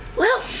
well,